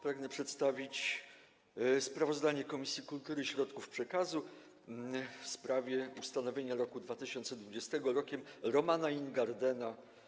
Pragnę przedstawić sprawozdanie Komisji Kultury i Środków Przekazu w sprawie ustanowienia roku 2020 Rokiem Romana Ingardena.